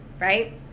right